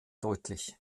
deutlich